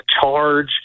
charge